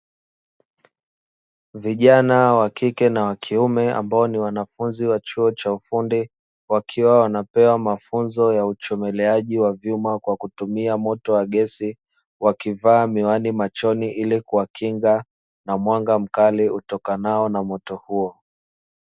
Vijana wa kike na wa kiume, ambao ni wanafunzi wa chuo cha ufundi, wakiwa wanapewa mafunzo ya uchomeleaji wa vyuma kwa kutumia moto wa gesi. Wakivaa miwani machoni ili kuwakinga na mwanga mkali utokanao na moto huo.